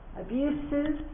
abuses